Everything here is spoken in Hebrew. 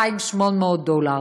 2,800 דולר,